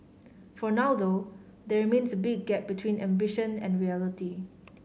for now though there remains a big gap between ambition and reality